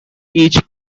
each